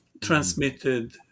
transmitted